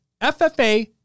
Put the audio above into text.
FFA